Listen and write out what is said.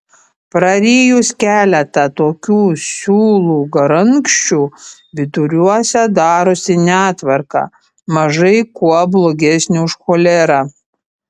prarijus keletą tokių siūlų garankščių viduriuose darosi netvarka mažai kuo blogesnė už cholerą